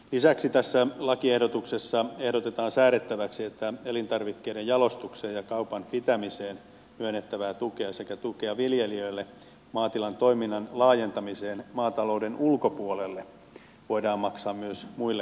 lisäksi tässä lakiehdotuksessa ehdotetaan säädettäväksi että elintarvikkeiden jalostukseen ja kaupan pitämiseen myönnettävää tukea sekä tukea viljelijöille maatilan toiminnan laajentamiseen maatalouden ulkopuolelle voidaan maksaa myös muille kuin maaseutualueille